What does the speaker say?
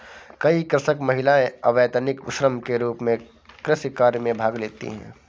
कई कृषक महिलाएं अवैतनिक श्रम के रूप में कृषि कार्य में भाग लेती हैं